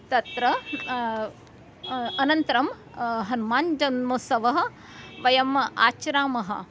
तत्र अनन्तरं हनुमान् जन्मोत्सवः वयम् आचरामः